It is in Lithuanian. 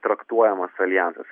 traktuojamas aljansas